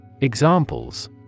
Examples